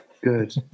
Good